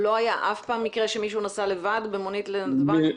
לא היה אף פעם מקרה שמישהו נסע לבד במונית לנתב"ג?